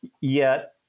yet-